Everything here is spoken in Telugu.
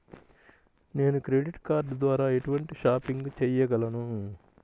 నేను క్రెడిట్ కార్డ్ ద్వార ఎటువంటి షాపింగ్ చెయ్యగలను?